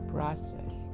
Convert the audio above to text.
process